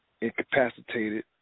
incapacitated